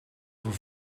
voor